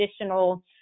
additional